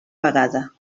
vegada